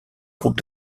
groupe